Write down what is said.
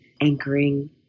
anchoring